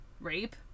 rape